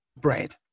bread